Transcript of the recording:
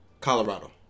Colorado